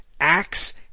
acts